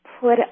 put